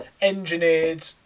engineered